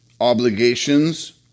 obligations